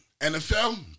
NFL